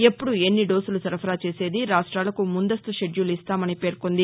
ఎప్పుడు ఎన్ని డోసులు సరఫరా చేసేదీ రాష్ట్రాలకు ముందస్తు షెడ్యూలు ఇస్తామని పేర్కొంది